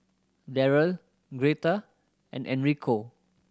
Daryle Greta and Enrico